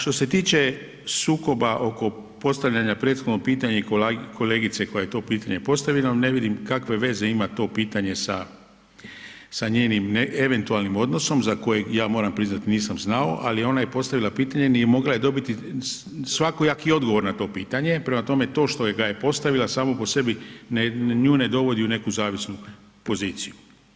Što se tiče sukoba oko postavljanja prethodnog pitanja i kolegice koja je to pitanje postavila, ne vidim kakve veze ima to pitanje sa njenim eventualnim odnosnom za koji ja moram priznati, nisam znao ali ona je postavila pitanje, mogla je dobiti svakojaki odgovor na to pitanje prema tome, to što ga je postavila, samo po sebi nju ne dovodi u neku zavisnu poziciju.